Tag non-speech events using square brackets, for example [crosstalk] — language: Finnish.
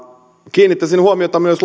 kiinnittäisin huomiota myös [unintelligible]